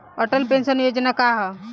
Atal pension Yojana का ह?